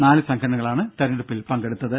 നാല് സംഘടനകളാണ് തിരഞ്ഞെടുപ്പിൽ പങ്കെടുത്തത്